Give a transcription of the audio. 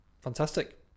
fantastic